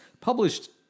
published